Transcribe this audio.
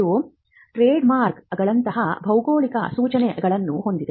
ಇದು ಟ್ರೇಡ್ಮಾರ್ಕ್ಗಳಂತಹ ಭೌಗೋಳಿಕ ಸೂಚಕಗಳನ್ನು ಹೊಂದಿದೆ